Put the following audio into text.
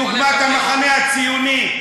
בדוגמת המחנה הציוני,